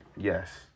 Yes